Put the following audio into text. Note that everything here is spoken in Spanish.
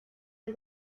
del